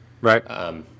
Right